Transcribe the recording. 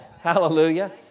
hallelujah